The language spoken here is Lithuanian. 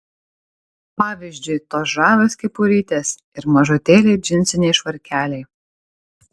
pavyzdžiui tos žavios kepurytės ir mažutėliai džinsiniai švarkeliai